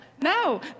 no